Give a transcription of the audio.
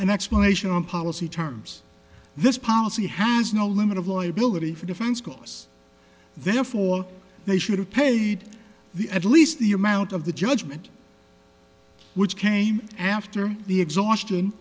an explanation on policy terms this policy has no limit of lawyer billing for defense costs therefore they should have paid the at least the amount of the judgment which came after the exhaustion